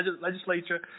Legislature